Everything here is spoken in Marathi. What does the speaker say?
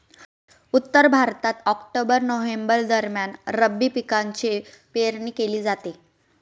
उत्तर भारतात ऑक्टोबर नोव्हेंबर दरम्यान रब्बी पिकांची पेरणी केली जाते